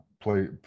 Play